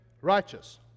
righteous